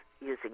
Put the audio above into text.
using